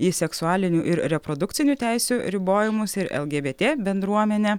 į seksualinių ir reprodukcinių teisių ribojimus ir lgbt bendruomenę